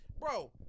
Bro